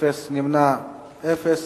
אין, נמנעים אין.